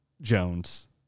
Jones